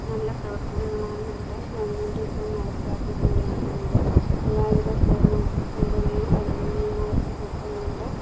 നല്ല പ്രവർത്തനങ്ങളാണ് നമ്മുടെ ഗവൺമെൻറ് ഇപ്പോൾ നടപ്പിലാക്കി കൊണ്ടിരിക്കുന്നത് എല്ലാവിധ പൂർണ്ണ പിന്തുണയും ജനങ്ങളിൽ നിന്ന് അവർക്ക് കിട്ടുന്നുണ്ട്